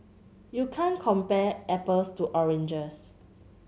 you can't compare apples to oranges